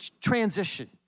transition